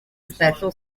special